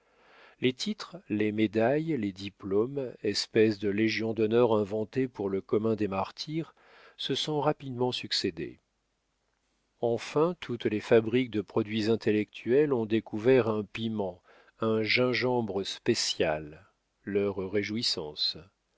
les titres les médailles les diplômes espèce de légion-d'honneur inventée pour le commun des martyrs se sont rapidement succédé enfin toutes les fabriques de produits intellectuels ont découvert un piment un gingembre spécial leurs réjouissances